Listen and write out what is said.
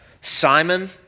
Simon